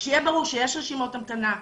שיהיה ברור שיש רשימות המתנה,